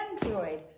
Android